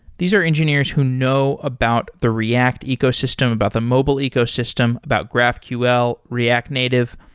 these are engineers who know about the react ecosystem, about the mobile ecosystem, about graphql, react native.